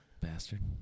Bastard